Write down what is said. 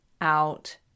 out